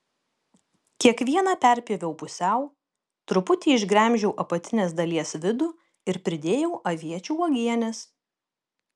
kiekvieną perpjoviau pusiau truputį išgremžiau apatinės dalies vidų ir pridėjau aviečių uogienės